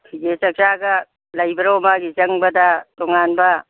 ꯐꯤꯖꯦꯠ ꯆꯥꯛꯆꯥꯒ ꯂꯩꯕꯔꯣ ꯃꯥꯒꯤ ꯆꯪꯕꯗ ꯇꯣꯡꯉꯥꯟꯕ